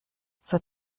zur